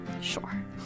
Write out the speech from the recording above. Sure